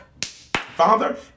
Father